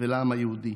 ולעם היהודי.